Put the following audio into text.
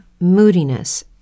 moodiness